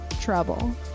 trouble